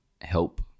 help